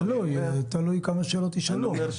תלוי כמה שאלות יישאלו.